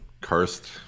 cursed